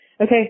okay